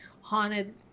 haunted